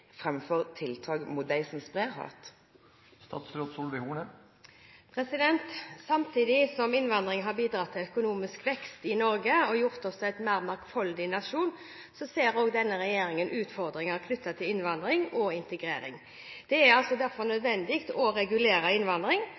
tiltak mot de som sprer hat?» Samtidig som innvandring har bidratt til økonomisk vekst i Norge og gjort oss til en mer mangfoldig nasjon, ser denne regjeringen utfordringer knyttet til innvandring og integrering. Det er derfor nødvendig å regulere